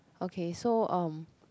okay so um